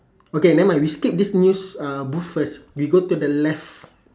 okay never mind we skip this news uh booth first we go to the left